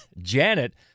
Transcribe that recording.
Janet